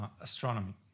astronomy